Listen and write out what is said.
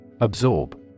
Absorb